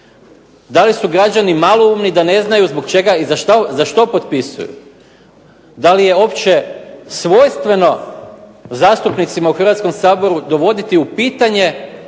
Da li su građani maloumni da ne znaju zbog čega i za što potpisuju? Da li je uopće svojstveno zastupnicima u Hrvatskom saboru dovoditi u pitanje